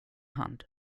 hand